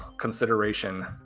consideration